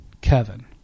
Kevin